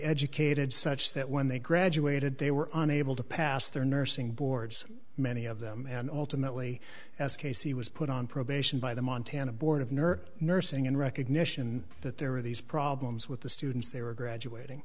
educated such that when they graduated they were unable to pass their nursing boards many of them and ultimately as casey was put on probation by the montana board of nurse nursing in recognition that there were these problems with the students they were graduating